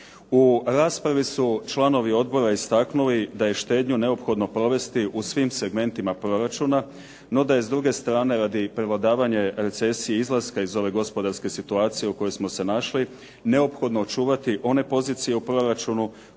U raspravi su članovi odbora istaknuli da je štednju neophodno provesti u svim segmentima proračuna, no da je s druge strane radi prevladavanja recesije izlaska iz ove gospodarske situacije u kojoj smo se našli neophodno očuvati one pozicije u proračunu